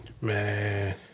Man